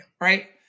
Right